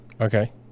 Okay